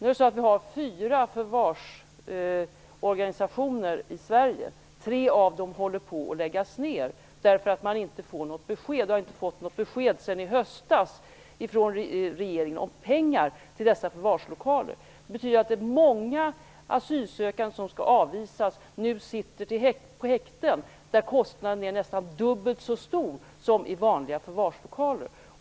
Det finns fyra förvarsorganisationer i Sverige. Tre av dessa håller på att läggas ned därför att man inte har fått något besked sedan i höstas från regeringen om pengar till förvarslokaler. Det betyder att det är många asylsökande som skall avvisas och som nu sitter på häkten, där kostnaden är nästan dubbelt så stor som för vanliga förvarslokaler.